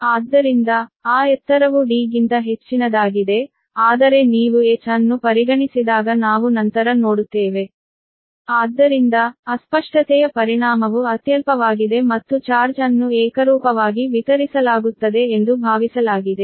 ಆದ್ದರಿಂದ ಆ ಎತ್ತರವು D ಗಿಂತ ಹೆಚ್ಚಿನದಾಗಿದೆ ಆದರೆ ನೀವು h ಅನ್ನು ಪರಿಗಣಿಸಿದಾಗ ನಾವು ನಂತರ ನೋಡುತ್ತೇವೆ ಆದ್ದರಿಂದ ಅಸ್ಪಷ್ಟತೆಯ ಪರಿಣಾಮವು ಅತ್ಯಲ್ಪವಾಗಿದೆ ಮತ್ತು ಚಾರ್ಜ್ ಅನ್ನು ಏಕರೂಪವಾಗಿ ವಿತರಿಸಲಾಗುತ್ತದೆ ಎಂದು ಭಾವಿಸಲಾಗಿದೆ